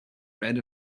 red